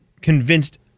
convinced